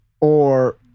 or-